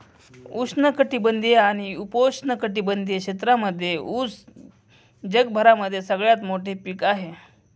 उष्ण कटिबंधीय आणि उपोष्ण कटिबंधीय क्षेत्रांमध्ये उस जगभरामध्ये सगळ्यात मोठे पीक आहे